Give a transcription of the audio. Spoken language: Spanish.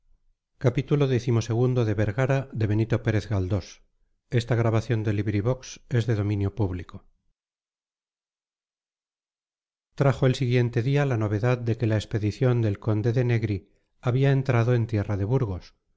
cervantes trajo el siguiente día la novedad de que la expedición del conde de negri había entrado en tierra de burgos